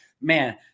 Man